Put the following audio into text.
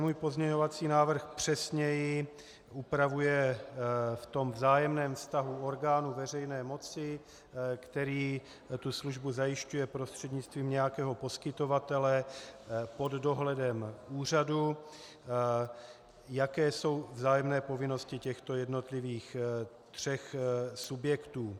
Můj pozměňovací návrh přesněji upravuje v tom vzájemném vztahu orgánů veřejné moci, který tu službu zajišťuje prostřednictvím nějakého poskytovatele pod dohledem úřadu, jaké jsou vzájemné povinnosti těchto jednotlivých tří subjektů.